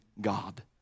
God